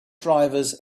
drivers